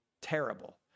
terrible